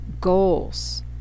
goals